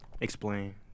Explain